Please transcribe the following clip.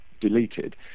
deleted